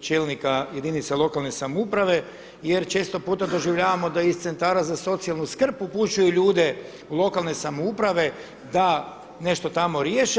čelnika jedinica lokalne samouprave jer često puta doživljavamo da iz centara za socijalnu skrb upućuju ljude u lokalne samouprave da nešto tamo riješe.